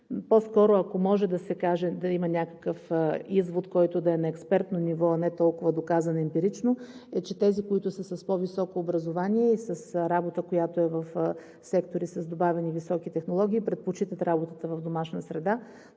По-скоро, ако може да се каже, да има някакъв извод, който да е на експертно ниво, а не толкова доказан емпирично, е, че тези, които са с по-високо образование и с работа, която е в сектори с добавени високи технологии, предпочитат работата в домашна среда,